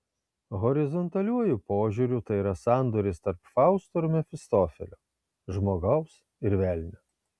horizontaliuoju požiūriu tai yra sandoris tarp fausto ir mefistofelio žmogaus ir velnio